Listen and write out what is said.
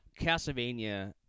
Castlevania –